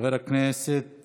חבר הכנסת